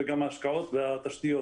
וגם השקעות בתשתיות